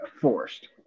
forced